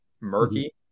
murky